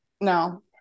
No